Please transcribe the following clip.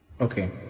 Okay